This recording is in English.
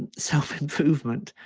and self-improvement,